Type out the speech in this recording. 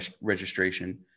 registration